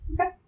Okay